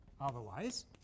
otherwise